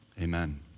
Amen